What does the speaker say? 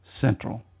Central